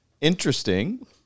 interesting